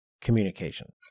communication